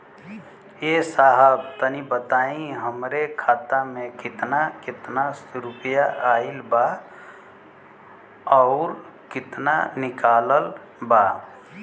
ए साहब तनि बताई हमरे खाता मे कितना केतना रुपया आईल बा अउर कितना निकलल बा?